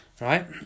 right